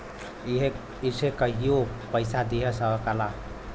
इसे कहियों पइसा दिया सकला